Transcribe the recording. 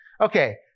okay